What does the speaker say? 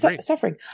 suffering